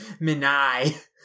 Minai